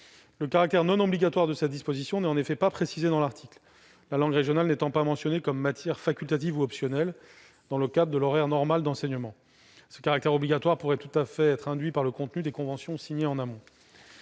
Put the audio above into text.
le caractère non obligatoire de cette disposition n'est pas précisé dans l'amendement, la langue régionale n'étant pas mentionnée comme matière facultative ou optionnelle, dans le cadre de l'horaire normal d'enseignement. Ce caractère obligatoire pourrait tout à fait être induit par le contenu des conventions signées en amont.